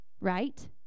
Right